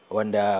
Wanda